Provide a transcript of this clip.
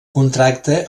contracta